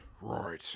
right